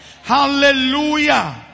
Hallelujah